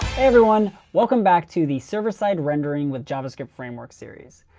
everyone. welcome back to the server-side rendering with javascript frameworks series.